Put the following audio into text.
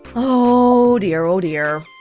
ohh dear, oh dear.